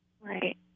Right